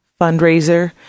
fundraiser